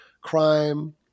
crime